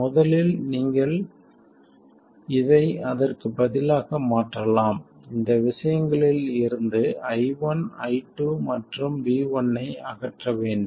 முதலில் நீங்கள் இதை அதற்கு பதிலாக மாற்றலாம் இந்த விஷயங்களில் இருந்து i1 i2 மற்றும் v1 ஐ அகற்ற வேண்டும்